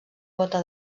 gota